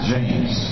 James